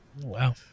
Wow